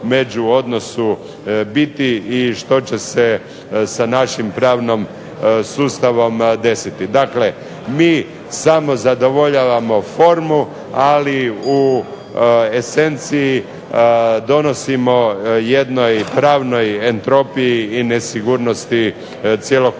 među odnosu biti i što će se sa našim pravnim sustavom desiti. Dakle, mi samo zadovoljavamo formu ali u esenciji donosimo jednoj pravnoj entropiji i nesigurnosti cjelokupnog